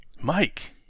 Mike